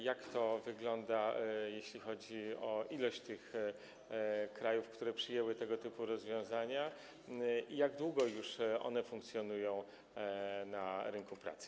Jak to wygląda, jeśli chodzi o liczbę tych krajów, które przyjęły tego typu rozwiązania, i jak długo te rozwiązania funkcjonują już na rynku pracy?